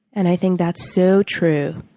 and i think that's so true.